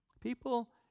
People